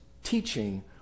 Teaching